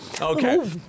Okay